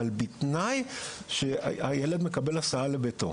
אבל בתנאי שהילד מקבל הסעה לביתו.